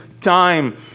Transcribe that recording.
time